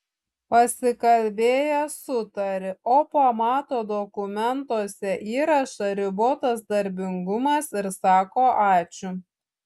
pasikalbėjęs sutari o pamato dokumentuose įrašą ribotas darbingumas ir sako ačiū